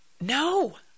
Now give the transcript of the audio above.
no